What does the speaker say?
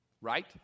Right